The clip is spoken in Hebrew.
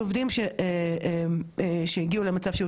צריכים להישאר פה באופן לא חוקי מכל מיני טעמים כאלה ואחרים.